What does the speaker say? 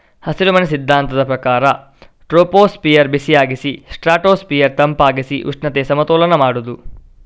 ಹಸಿರುಮನೆ ಸಿದ್ಧಾಂತದ ಪ್ರಕಾರ ಟ್ರೋಪೋಸ್ಫಿಯರ್ ಬಿಸಿಯಾಗಿಸಿ ಸ್ಟ್ರಾಟೋಸ್ಫಿಯರ್ ತಂಪಾಗಿಸಿ ಉಷ್ಣತೆ ಸಮತೋಲನ ಮಾಡುದು